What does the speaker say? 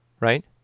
Right